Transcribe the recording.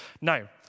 Now